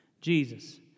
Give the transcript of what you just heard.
Jesus